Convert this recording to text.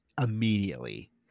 immediately